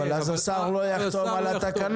אבל אז השר לא יחתום על התקנה.